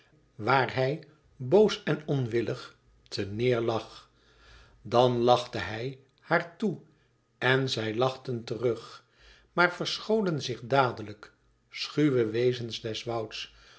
waar hij boos en onwillig ter neêr lag dan lachte hij haar toe en zij lachten terug maar verscholen zich dadelijk schuwe wezens des wouds